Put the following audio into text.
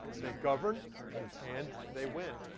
they govern and they win.